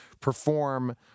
perform